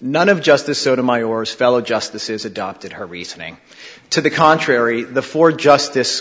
none of justice sotomayor as fellow justices adopted her reasoning to the contrary the four justice